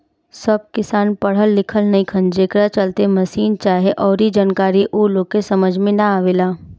सब किसान पढ़ल लिखल नईखन, जेकरा चलते मसीन चाहे अऊरी जानकारी ऊ लोग के समझ में ना आवेला